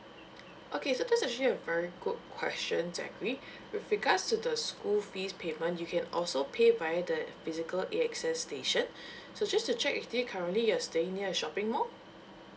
okay so that's actually a very good question zachary with regards to the school fees payment you can also pay via the physical A_X_S station so just to check with you currently you're staying near a shopping mall